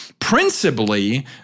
Principally